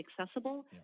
accessible